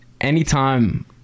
anytime